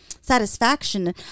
satisfaction